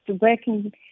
working